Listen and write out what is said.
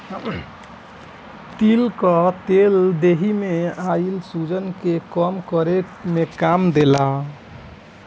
तिल कअ तेल देहि में आइल सुजन के कम करे में काम देला